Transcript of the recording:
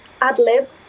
ad-lib